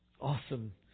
Awesome